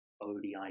odi